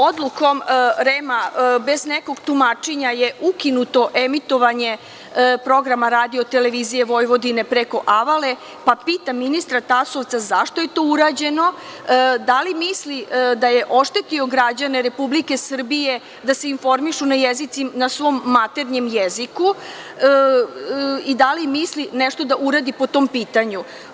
Odlukom REM-a bez nekog tumačenja je ukinuto emitovanje programa RTV preko Avale, pa pitam ministra Tasovca, zašto je to urađeno, da li misli da je oštetio građane Republike Srbije da se informišu na jezicima, na svom maternjem jeziku i da li misli nešto da uradi po tom pitanju.